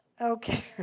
Okay